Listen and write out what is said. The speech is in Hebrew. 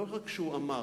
לא רק שהוא אמר.